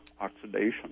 oxidation